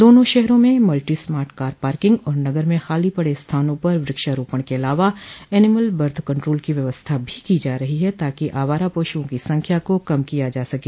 दोनों शहरों में मल्टीस्मार्ट कार पार्किंग और नगर में खाली पड़े स्थानों पर व्रक्षारोपण के अलावा एनीमल बर्थ कंट्रोल की व्यवस्था भी की जा रही है ताकि आवारा पशुओं की संख्या को कम किया जा सके